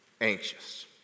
anxious